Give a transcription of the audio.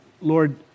Lord